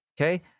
okay